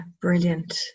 brilliant